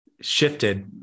shifted